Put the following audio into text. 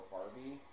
Barbie